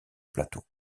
plateaux